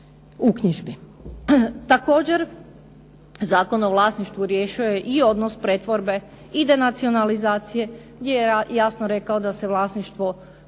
Također, Zakon o vlasništvu riješio je i odnos pretvorbe i denacionalizacije gdje je jasno rekao da se vlasništvo